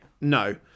no